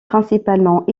principalement